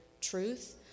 truth